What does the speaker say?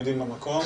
שמגיעים מהנגב,